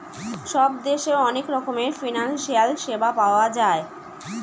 সব দেশে অনেক রকমের ফিনান্সিয়াল সেবা পাওয়া যায়